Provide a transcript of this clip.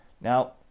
Now